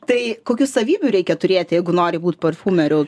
tai kokių savybių reikia turėti jeigu nori būt parfumeriu